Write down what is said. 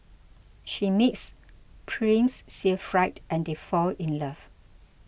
she meets Prince Siegfried and they fall in love